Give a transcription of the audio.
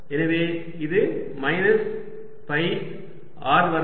எனவே இது minus pi r வர்க்கம் மைனஸ் 2 பை இது A புள்ளி ds இன் தொகையீடு சுருட்டை